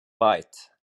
bite